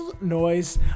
noise